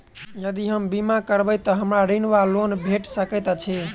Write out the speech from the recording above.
यदि हम बीमा करबै तऽ हमरा ऋण वा लोन भेट सकैत अछि?